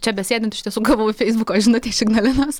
čia besėdint iš tiesų gavau feisbuko žinutę iš ignalinos